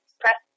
press